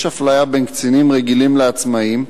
יש אפליה בין קצינים רגילים לעצמאים,